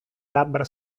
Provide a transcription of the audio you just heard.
labbra